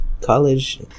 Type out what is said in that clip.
college